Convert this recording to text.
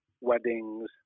weddings